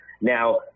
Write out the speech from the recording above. Now